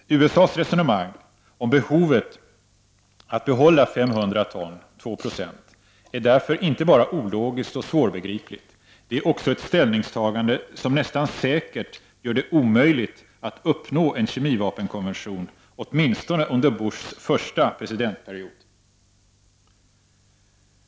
USA:s resonemang om behovet av att behålla 500 ton — 2 70 — är därför inte bara ologiskt och svårbegripligt, det är också ett ställningstagande som nästan säkert gör det omöjligt att uppnå en kemivapenkonvention åtminstone under Bushs första presidentperiod.